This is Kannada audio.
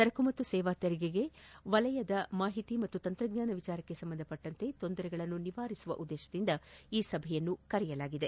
ಸರಕು ಮತ್ತು ಸೇವಾ ತೆರಿಗೆಗೆ ವಲಯದ ಮಾಹಿತಿ ಮತ್ತು ತಂತ್ರಜ್ಞಾನ ವಿಷಯಕ್ಕೆ ಸಂಬಂಧಿಸಿದ ತೊಂದರೆಗಳನ್ನು ನಿವಾರಣೆ ಮಾಡುವ ಉದ್ದೇತದಿಂದ ಈ ಸಭೆ ಕರೆಯಲಾಗಿದೆ